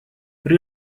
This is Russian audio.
при